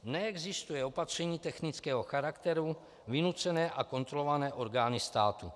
Neexistuje opatření technického charakteru vynucené a kontrolované orgány státu.